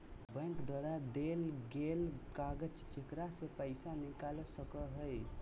bank द्वारा देल गेल कागज जेकरा से पैसा निकाल सको हइ